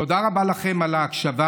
תודה רבה לכם על ההקשבה,